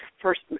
first